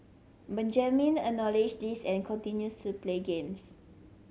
Benjamin acknowledge this and continues to play games